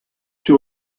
she